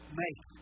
make